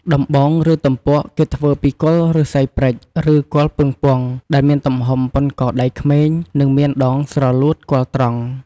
ដំបង ឬទំពក់គេធ្វើពីគល់ឬស្សីព្រេច ឬគល់ពឹងពង់ ដែលមានទំហំប៉ុនកដៃក្មេង និងមានដងស្រលួតគល់ត្រង់ ។